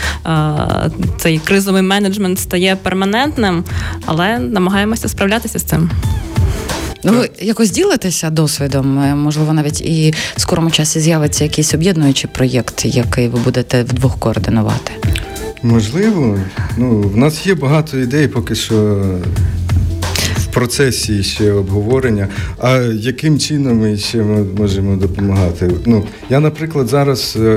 Е, цей кризовий менеджмент стає перманентним, але намагаємося справлятися з цим. Ну, ви Так. якось ділитеся досвідом? Е, можливо, навіть і в скорому часі з'явиться якийсь об'єднуючий проєкт, який ви будете вдвох координувати? Можливо. Ну, в нас є багато ідей поки що в процесі ще обговорення. А яким чином ми ще м- можемо допомагати? Ну, я, наприклад, зараз, е,